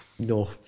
No